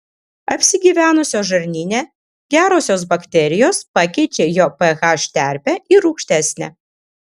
apsigyvenusios žarnyne gerosios bakterijos pakeičia jo ph terpę į rūgštesnę